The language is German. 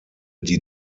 die